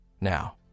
Now